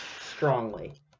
strongly